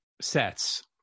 sets